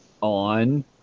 on